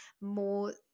more